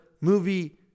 movie